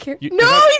No